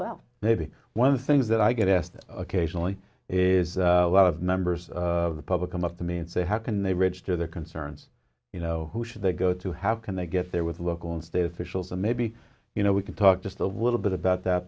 well maybe one of things that i get asked occasionally is a lot of members of the public come up to me and say how can they register their concerns you know who should they go to have can they get there with local and state officials and maybe you know we can talk just a little bit about that